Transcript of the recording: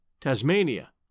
Tasmania